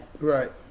Right